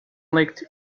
leaked